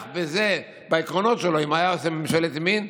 עם העקרונות שלו אם היה עושה ממשלת ימין?